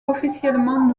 officiellement